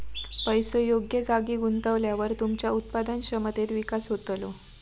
पैसो योग्य जागी गुंतवल्यावर तुमच्या उत्पादन क्षमतेत विकास होतलो